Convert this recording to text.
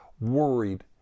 worried